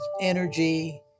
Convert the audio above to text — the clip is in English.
energy